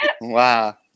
Wow